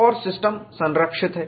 और सिस्टम संरक्षित है